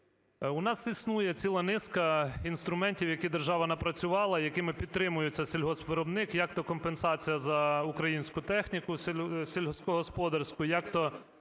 У нас існує ціла низка інструментів, які держава напрацювала і якими підтримується сільгоспвиробник, як то компенсація за українську техніку сільськогосподарську, як то